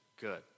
Good